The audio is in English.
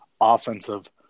offensive